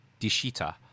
Dishita